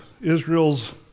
Israel's